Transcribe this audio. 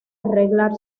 arreglar